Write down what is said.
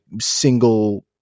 single